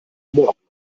morgen